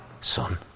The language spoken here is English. Son